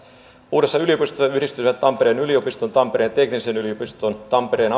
uudessa yliopistossa yhdistyisivät tampereen yliopiston tampereen teknillisen yliopiston ja tampereen